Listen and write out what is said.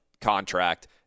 contract –